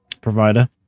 provider